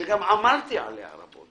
אמרתי עליה רבות.